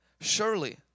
surely